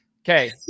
okay